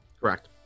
correct